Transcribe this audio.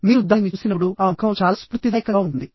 మీరు దానిని చూసినప్పుడు ఆ ముఖం చాలా స్ఫూర్తిదాయకంగా ఉంటుంది